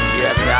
yes